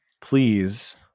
Please